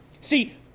See